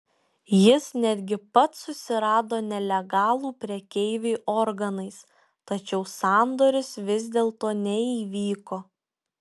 jis netgi pats susirado nelegalų prekeivį organais tačiau sandoris vis dėlto neįvyko